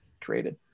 created